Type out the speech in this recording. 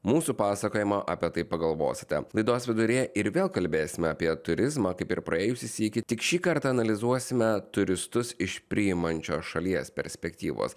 mūsų pasakojimo apie tai pagalvosite laidos viduryje ir vėl kalbėsime apie turizmą kaip ir praėjusį sykį tik šįkart analizuosime turistus iš priimančios šalies perspektyvos